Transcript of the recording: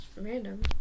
random